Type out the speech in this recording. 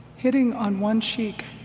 hitting on one cheek